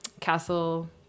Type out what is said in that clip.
castle